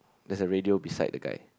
there's a radio beside the guy